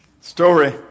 story